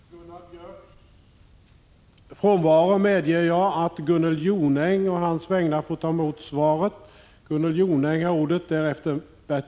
I Gunnar Björks i Gävle frånvaro medger jag att Gunnel Jonäng å dennes vägnar får ta emot svaret.